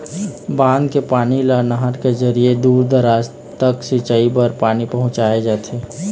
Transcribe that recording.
बांध के पानी ल नहर के जरिए दूर दूराज तक सिंचई बर पानी पहुंचाए जाथे